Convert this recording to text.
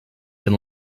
been